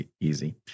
easy